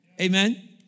Amen